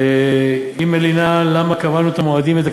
היא מלינה למה קבענו את המועדים להגשת